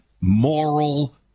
moral